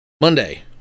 Monday